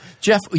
Jeff